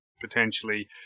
Potentially